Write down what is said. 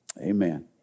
amen